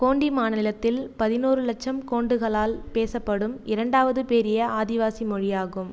கோண்டி மாநிலத்தில் பதினொரு லட்சம் கோண்டுகளால் பேசப்படும் இரண்டாவது பெரிய ஆதிவாசி மொழியாகும்